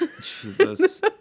Jesus